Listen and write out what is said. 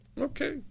Okay